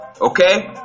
Okay